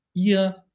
ihr